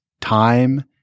time